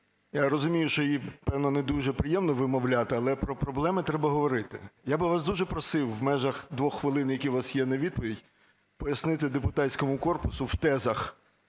Я розумію, що її, певно, не дуже приємно вимовляти, але про проблеми треба говорити. Я би вас дуже просив в межах двох хвилин, які у вас є на відповідь, пояснити депутатському корпусу в тезах,